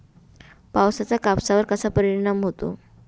पावसाचा कापसावर कसा परिणाम होतो?